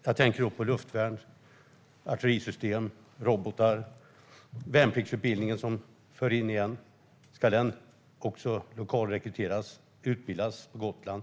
Jag tänker på luftvärn, artillerisystem, robotar och värnpliktsutbildningen, som införs igen. Ska man lokalrekrytera till den och utbilda på Gotland?